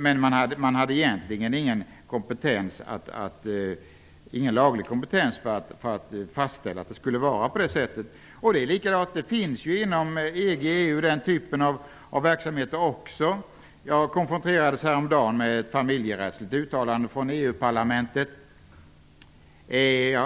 Men riksdagen hade egentligen ingen laglig kompetens för att fastställa att det skulle vara så. Inom EG/EU finns den typen av verksamheter. Jag konfronterades häromdagen med ett familjerättsligt uttalande från EU-parlamentet.